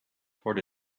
toward